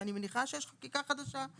שאני מניחה שיש חקיקה חדשה,